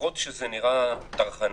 למרות שזה נראה טרחני,